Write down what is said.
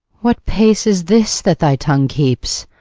what pace is this that thy tongue keeps?